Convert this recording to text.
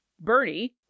Bernie